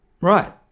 Right